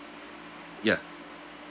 ya